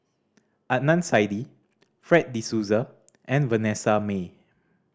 Adnan Saidi Fred De Souza and Vanessa Mae